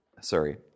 sorry